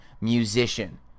musician